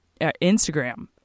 Instagram